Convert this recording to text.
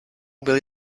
byli